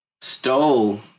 stole